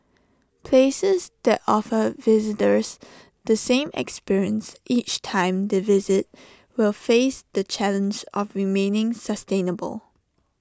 places that offer visitors the same experience each time they visit will face the challenge of remaining sustainable